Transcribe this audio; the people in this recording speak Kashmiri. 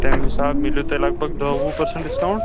تَمہِ حِسابہٕ میلوٕ تۄہہِ لگ بگ دٔہ وُہ پٔرسنٛٹ ڈِسکاوُنٛٹ